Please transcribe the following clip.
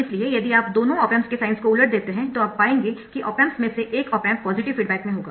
इसलिए यदि आप दोनों ऑप एम्प्स के साइन्स को उलट देते है तो आप पाएंगे कि ऑप एम्प्स में से एक ऑप एम्प पॉजिटिव फीडबैक में होगा